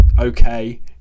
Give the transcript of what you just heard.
okay